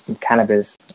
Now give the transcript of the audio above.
cannabis